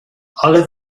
alle